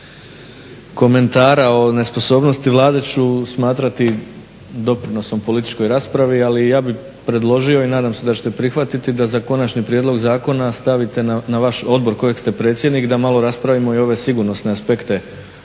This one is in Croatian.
komentara o nesposobnosti Vlade ću smatrati doprinosom političkoj raspravi, ali ja bih predložio i nadam se da ćete prihvatiti da za konačni prijedlog zakona stavite na vaš odbor kojeg ste predsjednik da malo raspravimo i ove sigurnosne aspekte